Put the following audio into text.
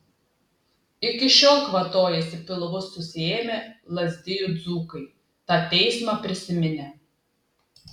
iki šiol kvatojasi pilvus susiėmę lazdijų dzūkai tą teismą prisiminę